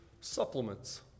supplements